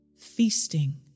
feasting